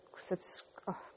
subscribe